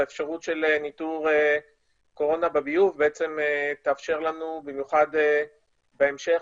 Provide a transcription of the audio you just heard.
האפשרות של ניטור קורונה בביוב תאפשר לנו במיוחד בהמשך